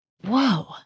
whoa